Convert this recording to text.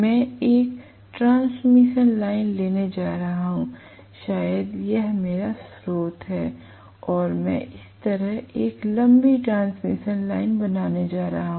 मैं एक transmission line लेने जा रहा हूँ शायद यहाँ मेरा स्रोत है और मैं इस तरह एक लंबी ट्रांसमिशन लाइन बनाने जा रहा हूँ